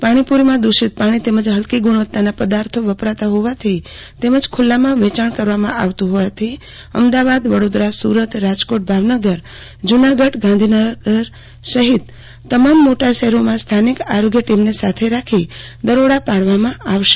પાણીપુ રીમાં દૂષિત પાણી તેમજ હલકી ગુણવતાના પદાર્થો વપરાતા હોવાથી તેમજ ખુલ્લામાં વેચાણ કરવામાં આવતું હોવાથી અમદાવાદ વડોદરા સુરત રાજકોટ ભાવનગર્મ જુનાગઢ ગાંધીનગર સહિત તમામ મોટા શહેરોમાં સ્થાનિક આરોગ્ય ટીમને સાથે રાખી દરોડા પાડવામાં આવશે